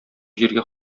җиргә